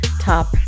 top